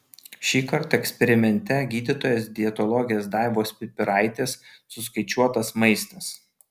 šįkart eksperimente gydytojos dietologės daivos pipiraitės suskaičiuotas maistas